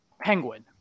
penguin